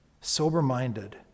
Sober-minded